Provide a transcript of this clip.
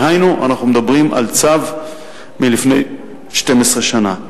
דהיינו, אנחנו מדברים על צו מלפני 12 שנה.